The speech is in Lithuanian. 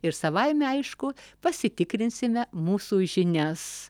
ir savaime aišku pasitikrinsime mūsų žinias